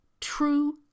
true